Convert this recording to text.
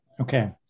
okay